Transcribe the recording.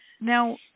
Now